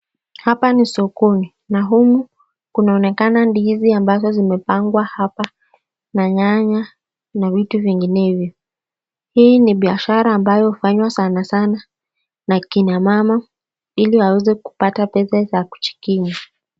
Hapa ni sokoni na humu kunaonekana ndizi ambazo zimepangwa hapa na nyanya na vitu vinginevyo. Hii ni biashara ambayo hufanywa sana sana na kina mama ili waweze kupata pesa za kujikimu.